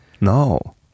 No